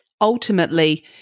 ultimately